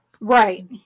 Right